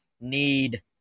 need